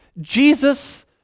Jesus